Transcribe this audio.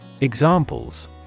Examples